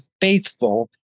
faithful